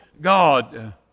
God